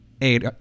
eight